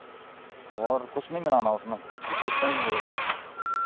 और कुछ नहीं मिलाना है उसमें जो नहीं हुए